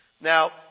Now